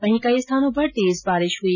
वहीं कई स्थानों पर तेज बारिश हुई